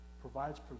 provides